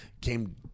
came